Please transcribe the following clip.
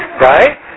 Right